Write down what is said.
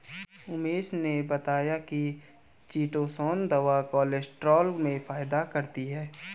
उमेश ने बताया कि चीटोसोंन दवा कोलेस्ट्रॉल में फायदा करती है